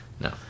No